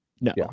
no